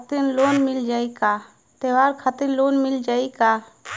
त्योहार खातिर लोन मिल जाई का?